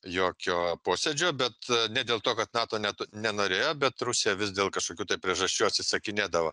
jokio posėdžio bet ne dėl to kad nato net nenorėjo bet rusija vis dėl kažkokių tai priežasčių atsisakinėdavo